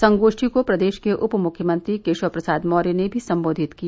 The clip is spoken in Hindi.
संगोष्ठी को प्रदेश के उप मुख्यमंत्री केशव प्रसाद मौर्य ने भी सम्बोधित किया